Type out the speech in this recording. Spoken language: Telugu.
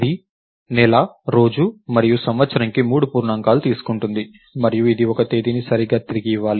ఇది నెల రోజు మరియు సంవత్సరం కి మూడు పూర్ణాంకాలు తీసుకుంటుంది మరియు ఇది ఒక తేదీని సరిగ్గా తిరిగి ఇవ్వాలి